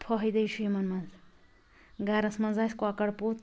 فایدٔے چھُ یِمن منٛز گھرَس منٛز آسہِ کۄکَر پوٗت